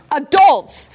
adults